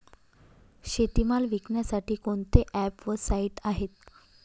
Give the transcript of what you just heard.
शेतीमाल विकण्यासाठी कोणते ॲप व साईट आहेत?